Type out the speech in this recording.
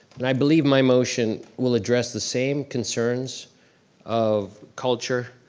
and i believe my motion will address the same concerns of culture,